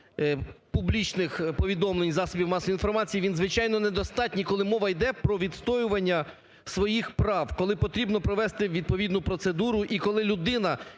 публічних повідомлень засобів масової інформації, він, звичайно, недостатній, коли мова йде про відстоювання своїх прав, коли потрібно провести відповідну процедуру, і коли людина,